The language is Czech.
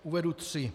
Uvedu tři.